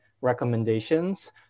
recommendations